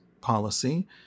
policy